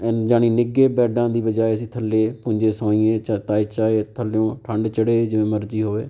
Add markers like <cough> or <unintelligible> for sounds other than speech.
ਜਾਣੀ ਨਿੱਘੇ ਬੈਡਾਂ ਦੀ ਬਜਾਏ ਅਸੀਂ ਥੱਲੇ ਪੂੰਜੇ ਸੌਂਈਏ <unintelligible> ਚਾਹੇ ਥੱਲਿਓ ਠੰਡ ਚੜ੍ਹੇ ਜਿਵੇਂ ਮਰਜ਼ੀ ਹੋਵੇ